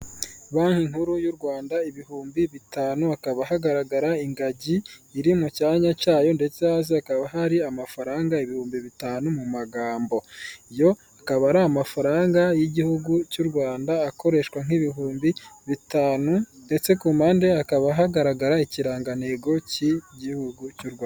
Banki nkuru y'u Rwanda, ibihumbi bitanu. Hakaba hagaragara ingagi iri mu cyanya cyayo; ndetse hasi hakaba hari amafaranga ibihumbi bitanu mu magambo. Yo akaba ari amafaranga y'igihugu cy'u Rwanda akoreshwa nk'ibihumbi bitanu, ndetse ku mpande hakaba hagaragara ikirangantego cy'igihugu cy'u Rwanda.